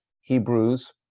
Hebrews